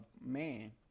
man